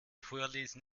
vorlesen